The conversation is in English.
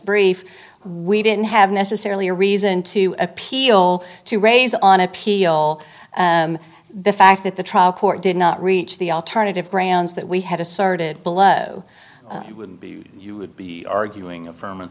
brief we didn't have necessarily a reason to appeal to raise on appeal the fact that the trial court did not reach the alternative brands that we had asserted below it would be you would be arguing a firm